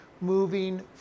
moving